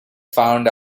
found